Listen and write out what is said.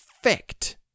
Effect